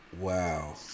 Wow